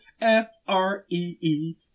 F-R-E-E